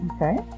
Okay